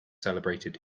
celebrated